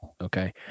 Okay